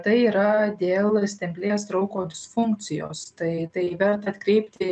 tai yra dėl stemplės rauko disfunkcijos tai tai verta atkreipti